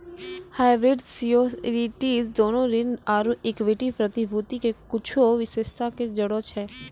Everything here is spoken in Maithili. हाइब्रिड सिक्योरिटीज दोनो ऋण आरु इक्विटी प्रतिभूति के कुछो विशेषता के जोड़ै छै